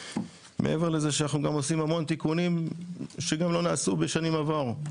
מעבר לזה שאנחנו גם עושים המון תיקונים שגם לא נעשו בשנים עברו.